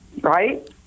Right